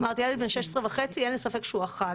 אמרתי, הילד בן 16.5, אין לי ספק שהוא אכל.